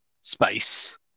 space